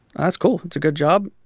oh, that's cool. it's a good job.